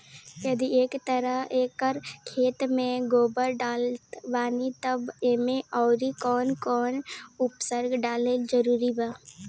यदि एक एकर खेत मे गोबर डालत बानी तब ओमे आउर् कौन कौन उर्वरक डालल जरूरी बा?